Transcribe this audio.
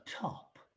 top